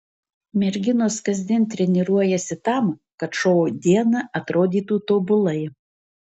merginos kasdien treniruojasi tam kad šou dieną atrodytų tobulai